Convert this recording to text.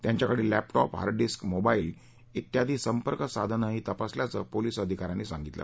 त्यांच्याकडील laptop hard disk mobile ित्यादी संपर्कसाधनही तपासल्याच पोलिस अधिकाऱ्यांनी सांगितलं